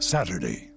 Saturday